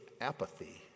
apathy